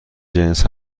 جنس